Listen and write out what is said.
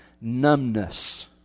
numbness